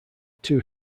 two